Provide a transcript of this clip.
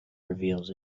reveals